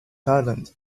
thailand